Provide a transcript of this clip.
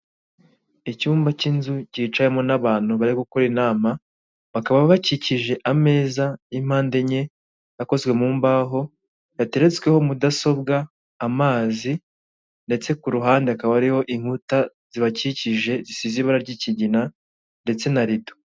Icyumba cy'inzu cyicayemo n'abantu bari gukora inama bakaba bakikije ameza y'impande enye yakozwe mu mbaho yateretsweho mudasobwa amazi ndetse ku ruhande hakaba hariho inkuta z'ibakikije zisize ibara ry'ikigina ndetse na rido.